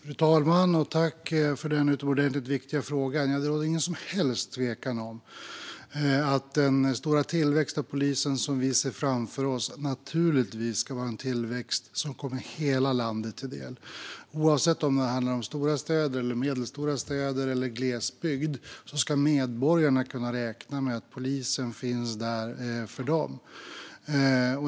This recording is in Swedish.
Fru talman! Tack, Lili André, för den utomordentligt viktiga frågan! Det råder inget som helst tvivel om att den stora tillväxt av polisen som vi ser framför oss naturligtvis ska vara en tillväxt som kommer hela landet till del. Oavsett om det handlar om stora städer, medelstora städer eller glesbygd ska medborgarna kunna räkna med att polisen finns där för dem.